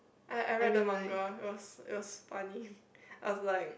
I I read the manga it was it was funny I was like